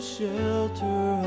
shelter